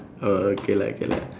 oh okay lah K lah